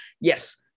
Yes